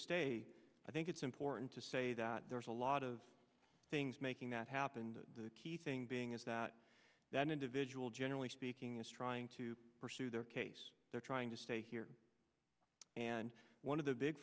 stay i think it's important to say that there's a lot of things making that happen the key thing being is that that individual generally speaking is trying to pursue their case they're trying to stay here and one of the big